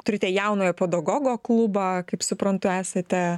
turite jaunojo pedagogo klubą kaip suprantu esate